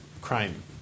crime